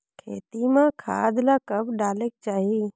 खेती म खाद ला कब डालेक चाही?